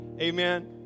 Amen